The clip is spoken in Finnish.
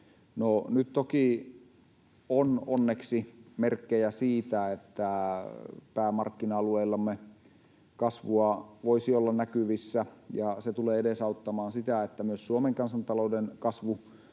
nyt toki on onneksi merkkejä siitä, että päämarkkina-alueillamme kasvua voisi olla näkyvissä, ja se tulee edesauttamaan sitä, että myös Suomen kansantalouden kasvu